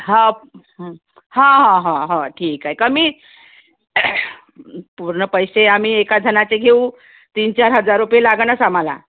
हा हा हा हा ह ठीक आहे तर मी पूर्ण पैसे आम्ही एका जणाचे घेऊ तीन चार हजार रुपये लागणाच आम्हाला